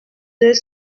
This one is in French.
deux